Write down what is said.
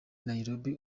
nairobi